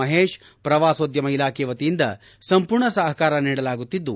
ಮಹೇಶ್ ಪ್ರವಾಸೋದ್ಯಮ ಇಲಾಖೆ ವತಿಯಿಂದ ಸಂಪೂರ್ಣ ಸಹಕಾರ ನೀಡಲಾಗುತ್ತಿದ್ದು